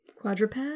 Quadruped